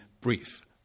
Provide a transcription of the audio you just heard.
brief